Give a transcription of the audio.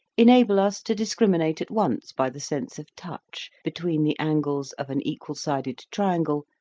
enable us to discriminate at once by the sense of touch, between the angles of an equal-sided triangle,